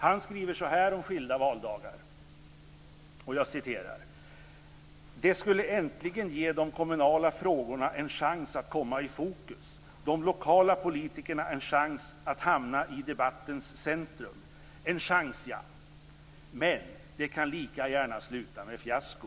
Han skriver så här om skilda valdagar: "Det skulle äntligen ge de kommunala frågorna en chans att komma i fokus, de lokala politikerna en chans att hamna i debattens centrum. En chans ja, men det kan lika gärna sluta med fiasko.